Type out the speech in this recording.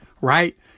Right